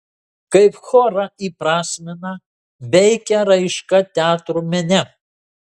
kaip chorą įprasmina veikia raiška teatro mene